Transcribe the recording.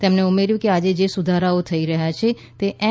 તેમણે ઉમેર્યૂં કે આજે જે સુધારાઓ થઈ રહ્યા છે તે એમ